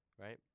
right